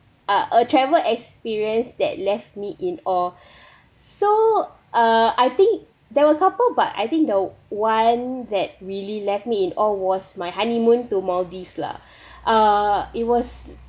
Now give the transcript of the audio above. a travel experience that left me in awe so uh I think there are a couple but I think the one that really left me in awe was my honeymoon to maldives lah uh it was